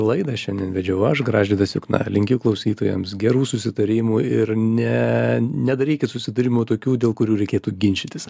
laidą šiandien vedžiau aš gražvydas jukna linkiu klausytojams gerų susitarimų ir ne nedarykit susidūrimų tokių dėl kurių reikėtų ginčytis